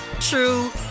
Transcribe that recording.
true